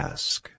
Ask